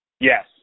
Yes